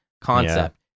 concept